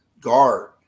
guard